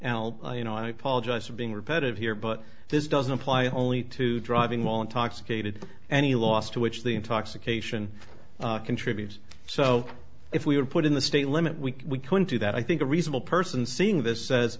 apologize for being repetitive here but this doesn't apply only to driving while intoxicated any loss to which the intoxication contributes so if we were put in the state limit we couldn't do that i think a reasonable person seeing this says